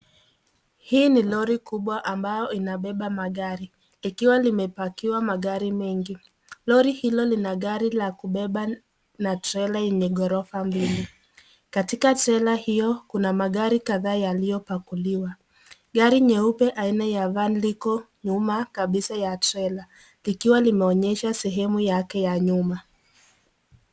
Hii ni lori kubwa ambayo inabeba magari likiwa limepakiwa magari mengi. Lori hilo lina gari la kubeba na trela yenye ghorofa mbili, katika trela hiyo kuna magari kadhaa yaliyopakuliwa. Gari nyeupe aina ya van liko nyuma kabisa ya trela likiwa limeonyesha sehemu yake ya nyuma.